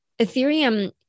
Ethereum